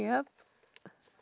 ya